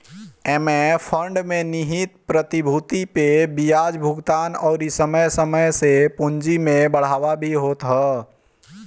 एमे फंड में निहित प्रतिभूति पे बियाज भुगतान अउरी समय समय से पूंजी में बढ़ावा भी होत ह